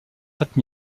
cette